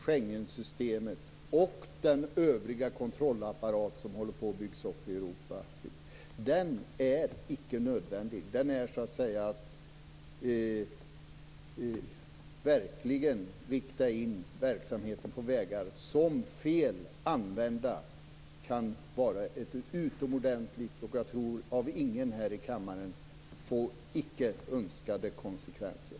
Schengensystemet och den övriga kontrollapparat som håller på att byggas upp i Europa är icke nödvändiga. Det är att rikta in verksamheten på vägar som fel använda kan få av ingen här i kammaren önskade konsekvenser.